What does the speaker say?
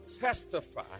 testify